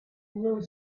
blue